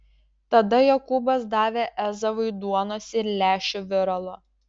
tada jokūbas davė ezavui duonos ir lęšių viralo